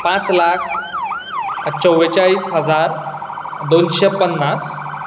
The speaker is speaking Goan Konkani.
पांच लाख चोव्वेचाळीस हजार दोनशे पन्नास